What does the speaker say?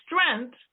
strength